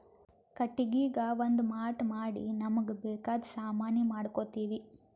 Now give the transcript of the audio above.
ಕಟ್ಟಿಗಿಗಾ ಒಂದ್ ಮಾಟ್ ಮಾಡಿ ನಮ್ಮ್ಗ್ ಬೇಕಾದ್ ಸಾಮಾನಿ ಮಾಡ್ಕೋತೀವಿ